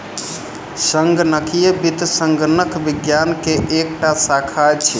संगणकीय वित्त संगणक विज्ञान के एकटा शाखा अछि